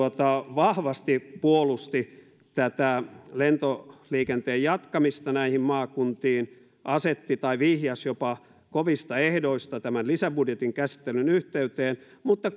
vahvasti puolusti tätä lentoliikenteen jatkamista maakuntiin vihjasi jopa kovista ehdoista tämän lisäbudjetin käsittelyn yhteyteen mutta